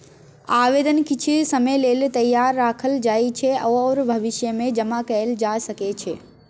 आबेदन किछ समय लेल तैयार राखल जाइ छै आर भविष्यमे जमा कएल जा सकै छै